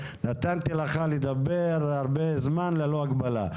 נתתי לך לדבר הרבה זמן ללא הגבלה.